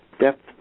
Depth